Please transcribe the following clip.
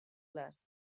les